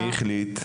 מי החליט?